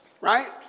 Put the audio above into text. Right